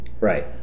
right